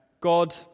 God